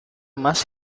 más